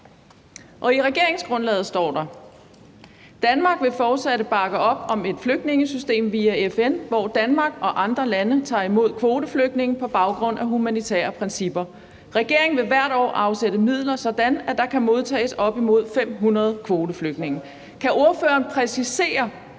i regeringsgrundlaget står der: »Danmark vil fortsat bakke op om et flygtningesystem via FN, hvor Danmark og andre lande tager imod kvoteflygtninge på baggrund af humanitære principper. Regeringen vil hvert år afsætte midler sådan, at der kan modtages op til 500 kvoteflygtninge.« Kan Venstres ordfører præcisere,